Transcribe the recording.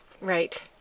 Right